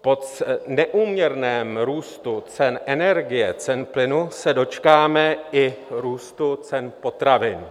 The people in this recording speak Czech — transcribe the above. Po neúměrném růstu cen energie, cen plynu se dočkáme i růstu cen potravin.